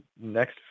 next